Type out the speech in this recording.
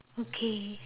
okay